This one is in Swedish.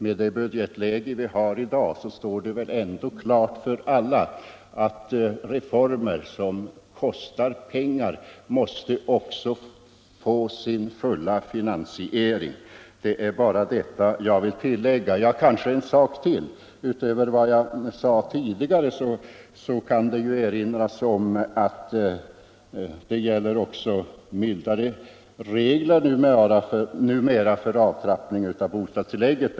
I dagens budgetläge står det väl klart för alla att reformer som kostar pengar också måste få sin fulla finansiering. Låt mig också tillägga utöver vad jag sade tidigare att vi numera har mildare regler för avtrappning av bostadstillägget.